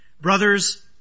Brothers